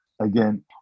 again